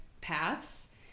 paths